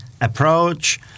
approach